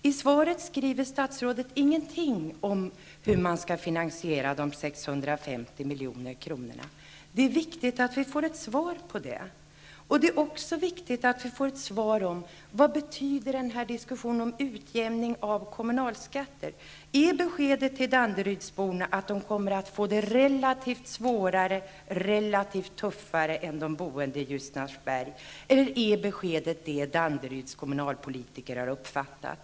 I svaret skriver statsrådet igenting om hur man skall finansiera de 650 miljonerna. Det är emellertid viktigt att få ett besked om detta. Det är också viktigt att få veta vad diskussionen om en utjämning av kommunalskatten betyder. Är beskedet till danderydsborna att de kommer att få det relativt svårare och tuffare än de boende i Ljusnarsberg eller är beskedet det som Danderyds kommunalpolitiker har uppfattat?